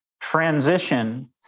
transition